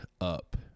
up